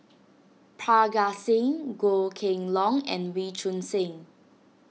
Parga Singh Goh Kheng Long and Wee Choon Seng